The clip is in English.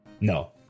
no